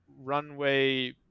runway